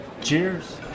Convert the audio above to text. Cheers